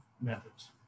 methods